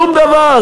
שום דבר.